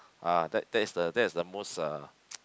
ah that that is the that is the most uh